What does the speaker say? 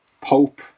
Pope